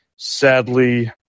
Sadly